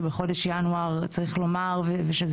שבחודש ינואר צריך לומר וצריך שזה